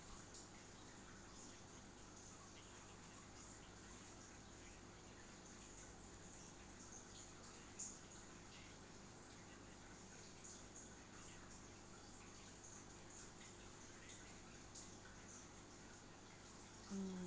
mm~